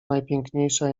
najpiękniejsza